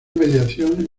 mediación